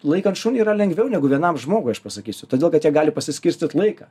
laikant šunį yra lengviau negu vienam žmogui aš pasakysiu todėl kad jie gali pasiskirstyt laiką